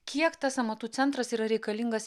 kiek tas amatų centras yra reikalingas